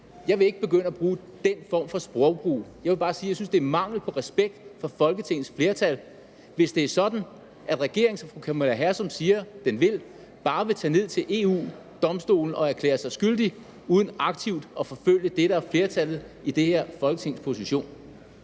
Jeg vil ikke begynde at bruge den form for sprogbrug. Jeg vil bare sige, at jeg synes, det er mangel på respekt for Folketingets flertal, hvis det er sådan, at regeringen, som fru Camilla Hersom siger den vil, bare vil tage ned til EU-Domstolen og erklære sig skyldig uden aktivt at forfølge det, der er flertallet i det her Folketings position.